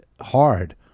hard